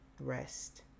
rest